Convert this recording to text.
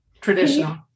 Traditional